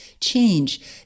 change